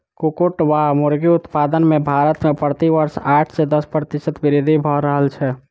कुक्कुट वा मुर्गी उत्पादन मे भारत मे प्रति वर्ष आठ सॅ दस प्रतिशत वृद्धि भ रहल छै